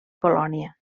colònia